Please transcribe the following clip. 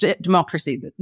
democracy